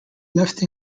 left